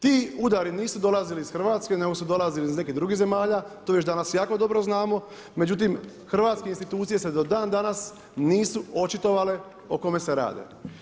Ti udari nisu dolazili iz Hrvatske, nego su dolazili iz nekih drugih zemalja, to još danas jako dobro znamo, međutim, hrvatske institucije se do dan danas, nisu očitovale o kome se rade.